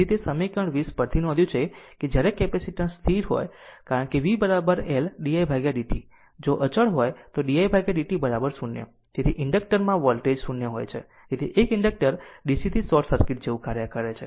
તેથી તે સમીકરણ 20 પરથી નોંધ્યું છે કે જ્યારે કરંટ સ્થિર છે કારણ કે v L di dt જો અચળ હોઉં તો didt 0 તેથી એક ઇન્ડક્ટર માં વોલ્ટેજ 0 હોય છે તેથી એક ઇન્ડક્ટર DC થી શોર્ટ સર્કિટ જેવું કાર્ય કરે છે